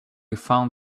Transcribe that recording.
found